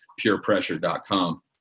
purepressure.com